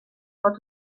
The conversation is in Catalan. pot